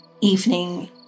evening